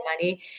money